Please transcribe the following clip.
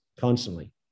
constantly